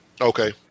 Okay